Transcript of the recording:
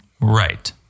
Right